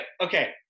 Okay